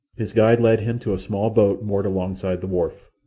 his guide led him to a small boat moored alongside the wharf.